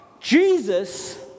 Jesus